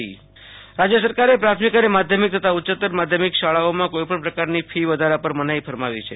Ashutosh Antani fee વધારો રાજ્ય સરકારે પ્રાથમિક અને માધ્યમીક તથા ઉચ્ચતર માધ્યમિક શાળાઓમાં કોઈપણ પ્રકારની ફી વધારા પર મનાઈ ફરમાવી છે